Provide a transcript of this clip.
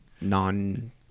non